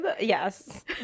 Yes